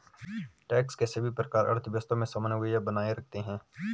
tax के सभी प्रकार अर्थव्यवस्था में समन्वय बनाए रखते हैं